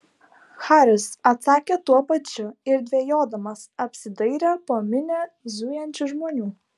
haris atsakė tuo pačiu ir dvejodamas apsidairė po minią zujančių žmonių